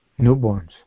newborns